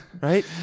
Right